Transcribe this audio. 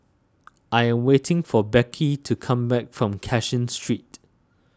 I am waiting for Becky to come back from Cashin Street